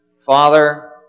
Father